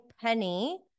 Penny